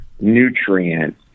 nutrient